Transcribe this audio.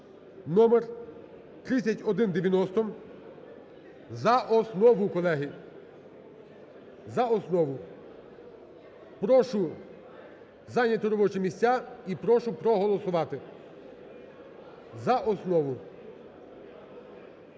(№ 3190) за основу, колеги, за основу. Прошу зайняти робочі місця і прошу проголосувати. За основу.